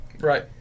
right